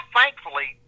thankfully